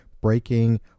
breaking